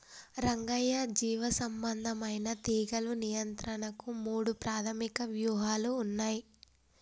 రంగయ్య జీవసంబంధమైన తీగలు నియంత్రణకు మూడు ప్రాధమిక వ్యూహాలు ఉన్నయి